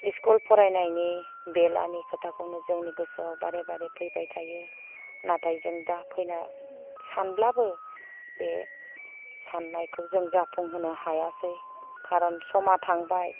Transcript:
school फरायनायनि बेलानि खोथाखौ नों जोंनि गोसोआव बारे बारे गोसोआव फैबाय थायो नाथाय जों दा फैना सानब्लाबो बे साननायखौ जों जाफुंहोनो हायासै कारन समा थांबाय